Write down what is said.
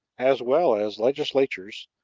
as well as legislatures,